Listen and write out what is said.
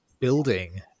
building